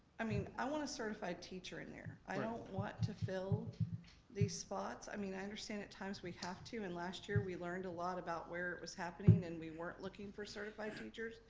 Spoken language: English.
i mean, i want a certified teacher in there. i don't want to fill these spots. i mean i understand at times we have to and last year we learned a lot about where it was happening and we weren't looking for certified teachers.